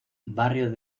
barrio